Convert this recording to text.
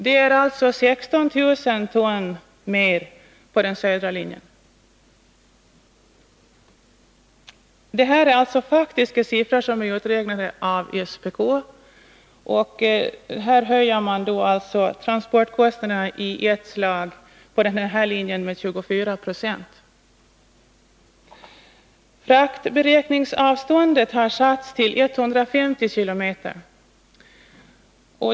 Det är alltså 16 000 ton mer på den södra linjen. Det här är faktiska siffror, som är uträknade av SPK. Här höjer man transportkostnaderna på den här linjen i ett slag med 24 96. Fraktberäkningsavståndet har satts till 150 km.